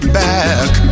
back